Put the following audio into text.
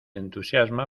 entusiasma